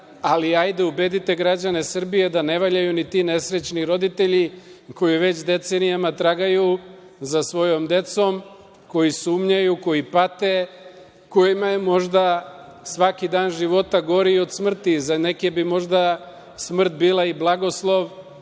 ali hajde ubedite građane Srbije da ne valjaju ni ti nesrećni roditelji koji već decenijama tragaju za svojom decom, koji sumnjaju, koji pate, kojima je možda svaki dan života gori od smrti. Za neke bi možda smrt bila i blagoslov